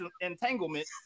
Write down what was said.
entanglement